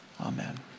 Amen